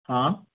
हाँ